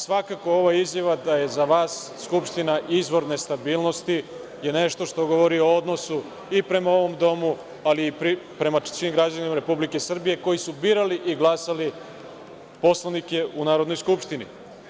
Svakako, ova izjava da je za vas Skupština izvor nestabilnosti je nešto što govori o odnosu i prema ovom domu, ali i prema svim građanima Republike Srbije koji su birali i glasali poslanike u Narodnoj skupštini.